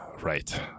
Right